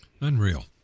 Unreal